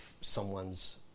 someone's